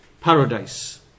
paradise